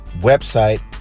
website